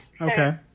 Okay